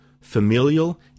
familial